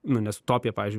nu nes utopija pavyzdžiui